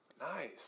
Nice